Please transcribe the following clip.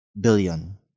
billion